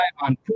on